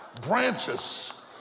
branches